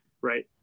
right